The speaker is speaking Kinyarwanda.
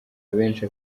benshi